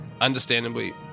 understandably